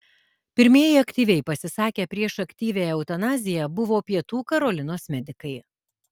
pirmieji aktyviai pasisakę prieš aktyviąją eutanaziją buvo pietų karolinos medikai